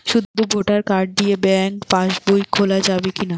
শুধু voter card দিয়ে bank pass বই খোলা যাবে কিনা?